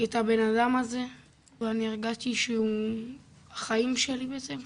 את הבנאדם הזה ואני הרגשתי שהיא החיים שלי בעצם,